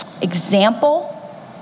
example